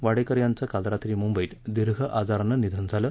वाडेकर यांचं काल रात्री मुंबईत दीर्घ आजारानं निधन झालं